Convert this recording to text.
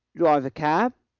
drive a cab,